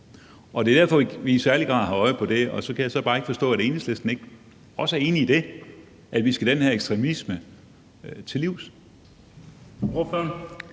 Det er derfor, vi i særlig grad har øje på det. Men så kan jeg bare ikke forstå, at Enhedslisten ikke også er enig i det, altså at vi skal den her ekstremisme til livs.